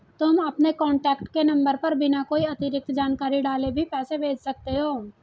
तुम अपने कॉन्टैक्ट के नंबर पर बिना कोई अतिरिक्त जानकारी डाले भी पैसे भेज सकते हो